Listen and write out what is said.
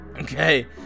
Okay